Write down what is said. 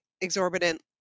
exorbitant